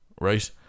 right